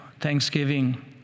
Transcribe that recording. Thanksgiving